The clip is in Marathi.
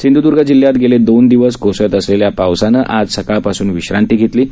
सिंधूदर्ग जिल्ह्यात गेले दोन दिवस कोसळत असलेल्या पावसानं आज सकाळपासून विश्रांती घेतली आहे